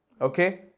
Okay